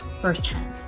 firsthand